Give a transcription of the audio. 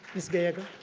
ms. gallego.